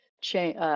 change